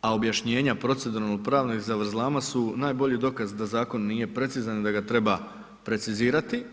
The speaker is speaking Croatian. a objašnjenja proceduralno pravnih zavrzlama su najbolji dokaz da zakon nije precizan, da ga treba precizirati.